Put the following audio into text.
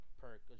perk